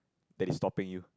there's stopping you